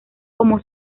como